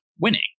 winning